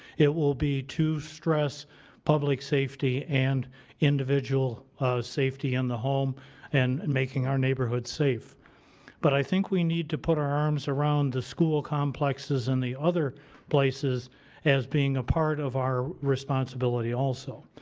it will be to stress public safety and individual safety in the home and and making our neighborhoods safe but i think we need to put our arms around the school complexes and the other places as being a part of our responsibility also.